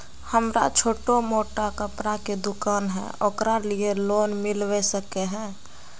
हमरा छोटो मोटा कपड़ा के दुकान है ओकरा लिए लोन मिलबे सके है?